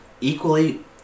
Equally